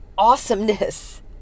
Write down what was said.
awesomeness